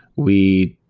we